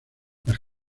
las